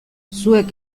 zuek